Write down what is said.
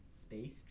space